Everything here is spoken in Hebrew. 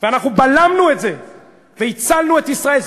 ואנחנו בלמנו את זה והצלנו את ישראל.